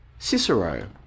Cicero